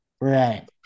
Right